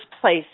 place